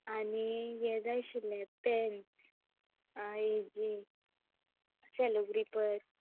आनी हें जाय आशिल्लें पेन्स आं हेची सेलो ग्रिपर